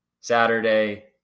saturday